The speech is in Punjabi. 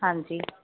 ਹਾਂਜੀ